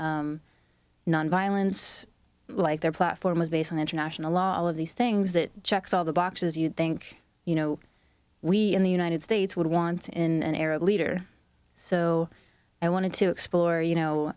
and nonviolence like their platform was based on international law all of these things that checks all the boxes you think you know we in the united states would want in arab leader so i wanted to explore you know